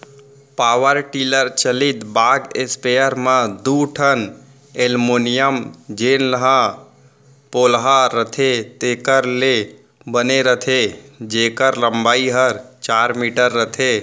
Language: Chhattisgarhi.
पॉवर टिलर चलित बाग स्पेयर म दू ठन एलमोनियम जेन ह पोलहा रथे तेकर ले बने रथे जेकर लंबाई हर चार मीटर रथे